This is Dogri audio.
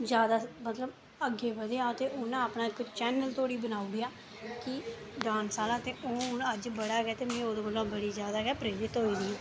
जैदा मतलब अग्गें बधेआ ते उ'न्नै अपना इक चैनल धोड़ी बनाई ओड़ेआ कि डांस आह्ला ते ओह् अज्ज बड़ा गै ते में ओह्दे कोला बड़ी जैदा गै प्रेरित होई दी आं